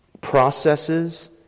processes